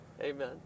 Amen